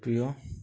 ପ୍ରିୟ